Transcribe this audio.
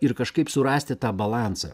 ir kažkaip surasti tą balansą